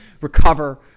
recover